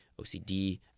OCD